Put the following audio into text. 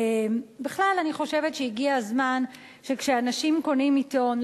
בכלל אני חושבת שהגיע הזמן שכשאנשים קונים עיתון,